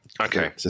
Okay